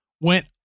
went